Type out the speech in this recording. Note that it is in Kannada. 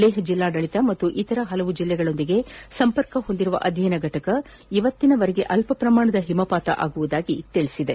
ಲೇಹ್ ಜಿಲ್ಡಾಡಳಿತ ಹಾಗೂ ಇತರ ಹಲವು ಜಿಲ್ಲೆಗಳೊಂದಿಗೆ ಸಂಪರ್ಕ ಹೊಂದಿರುವ ಅಧ್ಯಯನ ಘಟಕ ಇವತ್ತಿನವರೆಗೆ ಅಲ್ಪಪ್ರಮಾಣದ ಹಿಮಪಾತವಾಗುವುದಾಗಿ ತಿಳಿಸಿದೆ